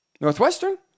Northwestern